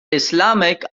islamic